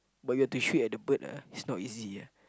but you've to shoot at the bird ah it's not easy ah